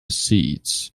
seeds